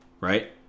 right